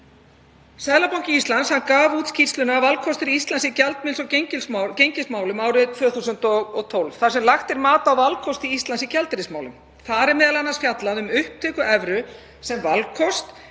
Seðlabanki Íslands gaf út skýrsluna Valkostir Íslands í gjaldmiðils- og gengismálum árið 2012, þar sem lagt er mat á valkosti Íslands í gjaldeyrismálum. Þar er m.a. fjallað um upptöku evru sem valkost,